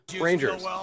Rangers